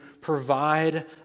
provide